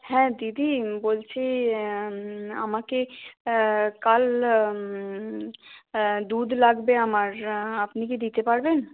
হ্যাঁ দিদি বলছি আমাকে কাল দুধ লাগবে আমার আপনি কি দিতে পারবেন